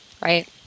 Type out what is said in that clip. right